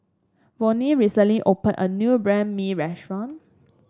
Vone recently opened a new Banh Mi restaurant